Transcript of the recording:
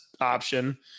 option